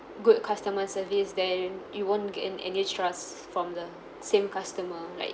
good customer service then you won't gain any trust from the same customer like